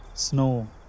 Snow